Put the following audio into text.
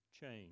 change